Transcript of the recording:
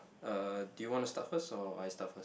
uh do you want to start first or I start first